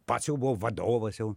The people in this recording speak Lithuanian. pats jau buvo vadovas jau